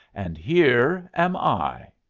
and here am i.